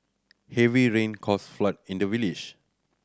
heavy rain caused flood in the village